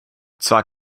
zwar